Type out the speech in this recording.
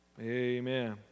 Amen